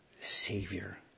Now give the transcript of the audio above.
Savior